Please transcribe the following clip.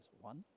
One